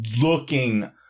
looking